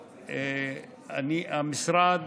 המשרד,